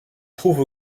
trouve